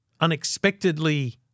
unexpectedly